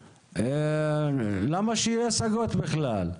למה שיהיו הסגות בכלל?